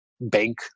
bank